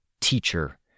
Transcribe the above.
Teacher